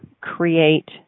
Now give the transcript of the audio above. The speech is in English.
create